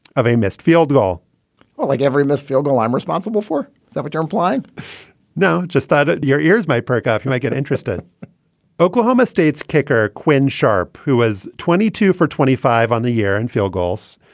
of a missed field goal well, like every missed field goal, i'm responsible for that return flight now, just that ah your ears might perk up ah if you make an interest in oklahoma state's kicker, quinn sharpe, who was twenty two for twenty five on the year and field goals,